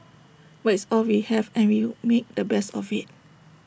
but it's all we have and we make the best of IT